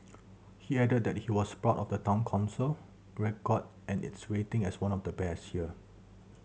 he added that he was proud of the Town Council record and its rating as one of the best here